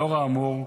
לאור האמור,